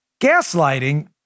Gaslighting